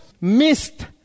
missed